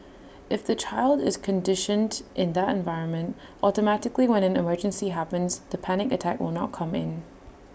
if the child is conditioned in that environment automatically when an emergency happens the panic attack will not come in